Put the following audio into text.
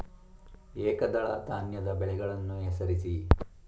ಏಕದಳ ಧಾನ್ಯದ ಬೆಳೆಗಳನ್ನು ಹೆಸರಿಸಿ?